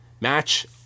match